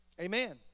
Amen